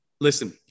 listen